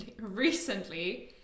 recently